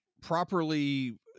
properly